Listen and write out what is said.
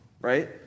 right